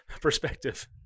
perspective